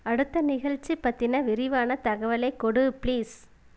அடுத்த நிகழ்ச்சி பற்றின விரிவான தகவலை கொடு ப்ளீஸ்